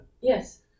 Yes